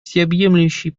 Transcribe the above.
всеобъемлющий